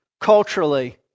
culturally